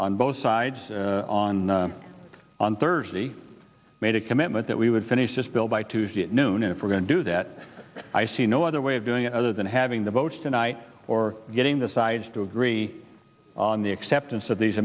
on both sides on on thursday made a commitment that we would finish this bill by tuesday at noon and if we're going to do that i see no other way of doing it other than having the votes tonight or getting the sides to agree on the acceptance of these